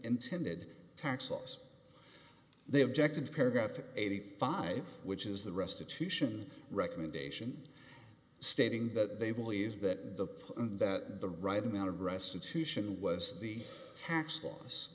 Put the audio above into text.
intended tax loss they objected paragraph eighty five which is the restitution recommendation stating that they believe that the and that the right amount of restitution was the tax l